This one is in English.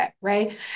right